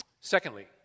Secondly